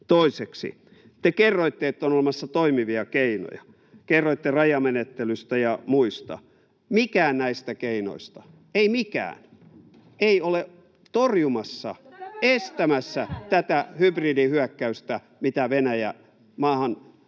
Toiseksi, te kerroitte, että on olemassa toimivia keinoja, kerroitte rajamenettelystä ja muista. Mikään näistä keinoista, ei mikään, ei ole torjumassa, [Sofia Virta: Ja tämän kerrot nyt Venäjälle